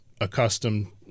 accustomed